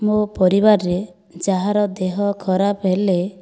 ମୋ ପରିବାରରେ ଯାହାର ଦେହ ଖରାପ ହେଲେ